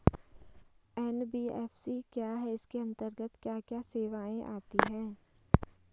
NBFC क्या है इसके अंतर्गत क्या क्या सेवाएँ आती हैं?